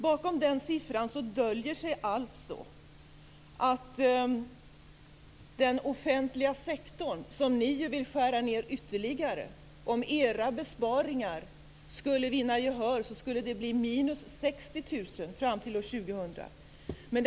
Bakom siffran döljer sig att den offentliga sektorn fortfarande är under reduktion med 89 300. Här vill ni skära ned ytterligare. Om era besparingar skulle vinna gehör skulle det bli minus 60 000 fram till år 2000.